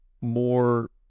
more